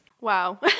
Wow